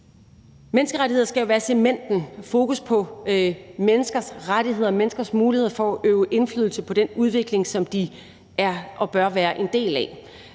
Menneskerettigheder, fokus på menneskers rettigheder og menneskers muligheder for at øve indflydelse på den udvikling, som de er og bør være en del af,